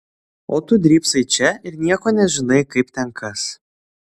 o tu drybsai čia ir nieko nežinai kaip ten kas